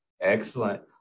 Excellent